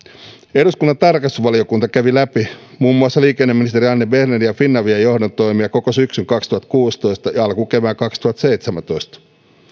eduskunnan tarkastusvaliokunta kävi läpi muun muassa liikenneministeri anne bernerin ja finavian johdon toimia koko syksyn kaksituhattakuusitoista ja alkukevään kaksituhattaseitsemäntoista